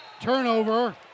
turnover